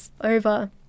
over